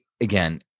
again